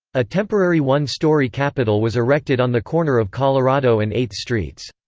a temporary one-story capitol was erected on the corner of colorado and eighth streets.